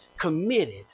committed